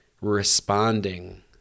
responding